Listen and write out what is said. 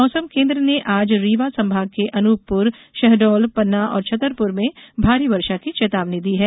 मौसम केन्द्र ने आज रीवा संभाग के अनूपपुर शहडोल पन्ना और छतरपुर में भारी वर्षा की चेतावनी दी है